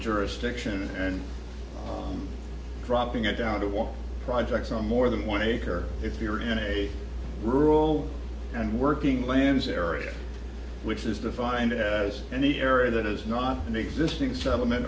jurisdiction and dropping it down to what projects are more than one acre if you're in a rural and working lands area which is defined as any area that is not an existing supplement